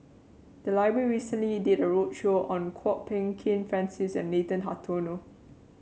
the library recently did a roadshow on Kwok Peng Kin Francis and Nathan Hartono